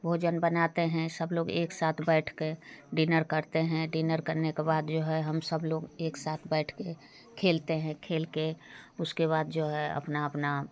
भोजन बनाते हैं सब लोग एक साथ बैठ कर डिनर करते हैं डिनर करने के बाद जो है हम सब लोग एक साथ बैठ कर खेलते हैं खेल के उसके बाद जो है अपना अपना